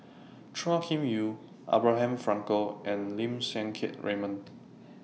Chua Kim Yeow Abraham Frankel and Lim Siang Keat Raymond